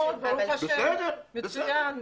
ברוך השם, מצוין.